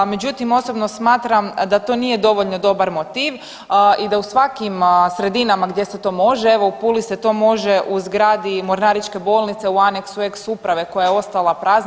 Međutim, osobno smatram da to nije dovoljno dobar motiv i da u svakim sredinama gdje se to može, evo u Puli se to može u zgradi mornaričke bolnice u anexu ex uprave koja je ostala prazna.